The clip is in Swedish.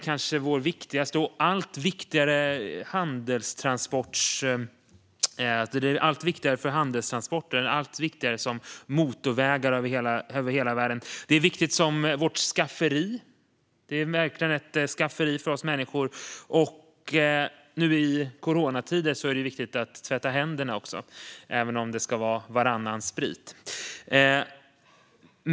Haven är allt viktigare för våra handelstransporter och som motorvägar över hela världen. De är viktiga som skafferi för oss människor. Och nu i coronatider är det viktigt att tvätta händerna - även om det ska vara varannan sprit.